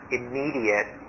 immediate